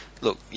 look